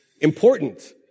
important